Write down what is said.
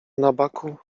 nabaku